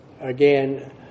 again